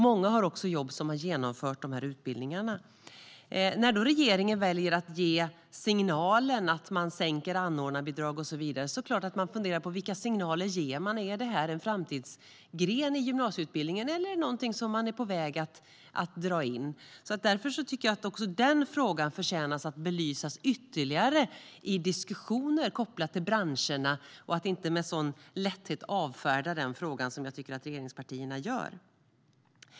Många som har genomfört de här utbildningarna har också jobb. Då väljer regeringen att ge signaler genom att sänka anordnarbidrag och liknande. Då är det klart att eleverna börjar fundera på om detta verkligen är en framtidsutbildning eller om det är något som är på väg att dras in. Också den frågan förtjänar att belysas ytterligare i diskussioner kopplat till branscherna. Man ska inte så lättvindigt avfärda den frågan som jag tycker att regeringspartierna gör.